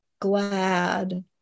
glad